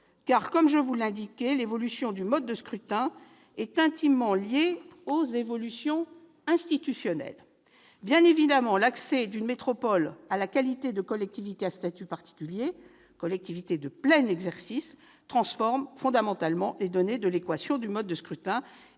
comme je vous l'indiquais, l'évolution du mode de scrutin est intimement liée aux évolutions institutionnelles. Bien évidemment, l'accès d'une métropole à la qualité de collectivité à statut particulier, collectivité de plein exercice, transforme fondamentalement les termes de l'équation du mode de scrutin.